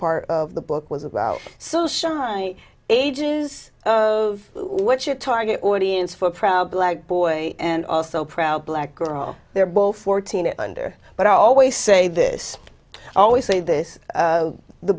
part of the book was about so shiny ages of what your target audience for proud black boy and also proud black girl they're both fourteen it under but i always say this i always say this